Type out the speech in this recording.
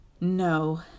No